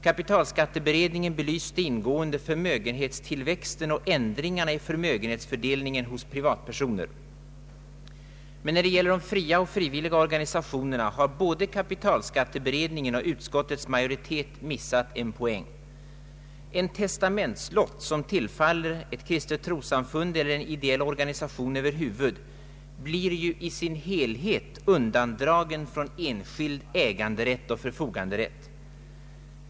Kapitalskatteberedningen belyste ingående förmögenhetstillväxten och ändringarna i förmögenhetsfördelningen hos privatpersoner. Men när det gäller de fria och frivilliga organisationerna har både kapitalskatteberedningen och utskottets majoritet missat en poäng. En testamentslott som tillfaller ett kristet trossamfund eller en ideell organisa tion över huvud taget blir ju i sin helhet undandragen från enskild äganderätt och förfoganderätt.